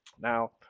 Now